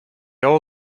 all